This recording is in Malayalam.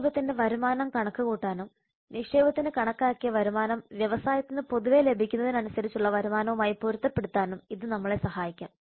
നിക്ഷേപത്തിന്റെ വരുമാനം കണക്കുകൂട്ടാനും നിക്ഷേപത്തിന് കണക്കാക്കിയ വരുമാനം വ്യവസായത്തിന് പൊതുവെ ലഭിക്കുന്നതിനനുസരിച്ചുള്ള വരുമാനവുമായി പൊരുത്തപ്പെടുത്താനും ഇത് നമ്മളെ സഹായിക്കും